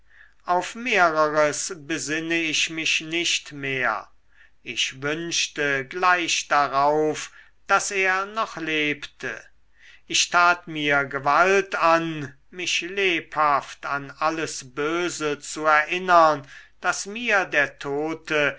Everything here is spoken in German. auf mehreres besinne ich mich nicht mehr ich wünschte gleich darauf daß er noch lebte ich tat mir gewalt an mich lebhaft an alles böse zu erinnern das mir der tote